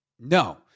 No